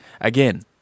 Again